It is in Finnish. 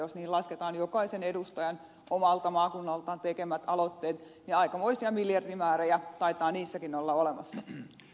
jos niihin lasketaan jokaisen edustajan omalta maakunnaltaan tekemät aloitteet niin aikamoisia miljardimääriä taitaa niissäkin olla olemassa